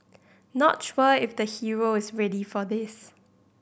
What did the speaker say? not sure if the hero is ready for this